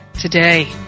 today